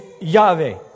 Yahweh